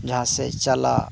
ᱡᱟᱦᱟ ᱥᱮᱡ ᱪᱟᱞᱟᱜ